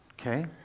Okay